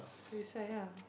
do side ah